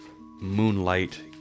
Moonlight